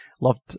loved